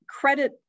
credit